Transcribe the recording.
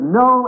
no